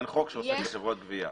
אין חוק שעוסק בחברות גבייה.